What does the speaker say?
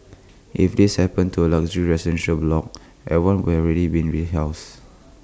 if this happened to A luxury residential block everyone would already been rehoused